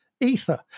Ether